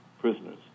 prisoners